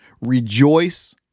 rejoice